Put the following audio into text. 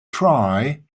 try